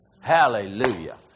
Hallelujah